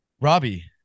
Robbie